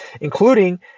including